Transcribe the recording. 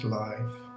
life